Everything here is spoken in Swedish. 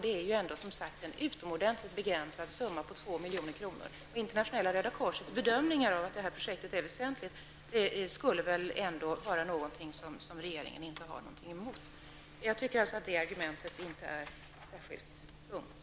Det är en utomordentligt begränsad summa på 2 milj.kr. Internationella Röda korsets bedömning att detta projekt är väsentligt skulle väl ändå inte vara något som regeringen har något emot? Jag tycker att det argumentet inte är särskilt tungt.